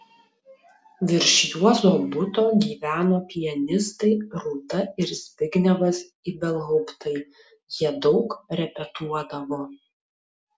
virš juozo buto gyveno pianistai rūta ir zbignevas ibelhauptai jie daug repetuodavo